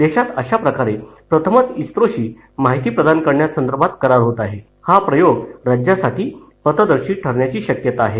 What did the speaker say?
देशात अशा प्रकारे प्रथमच इस्रोशी माहिती प्रदान करण्यासाठी करार होत असून हा प्रयोग राज्यासाठी पथदर्शी ठरण्याची शक्यता आहे